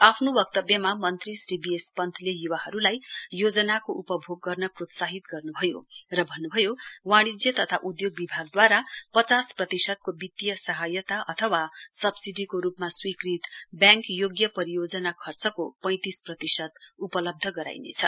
आफ्नो वक्तव्यमा मन्त्री श्री बीएल पन्तले युवाहरुलाई योजनाको उपभोग गर्न प्रोत्साहित गर्नुभयो र भन्नुभयो वाणिज्य तथा उद्योग विभागदूवारा पचास प्रतिशतको वित्तीय सहायता अथवा सब्सिडीको रुपमा स्वीकृत व्याङ्कयोग्य परियोजना खर्चको पैंतिस प्रतिशत उपलब्ध गराइनेछ